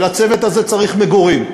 ולצוות הזה צריך מגורים,